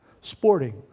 Sporting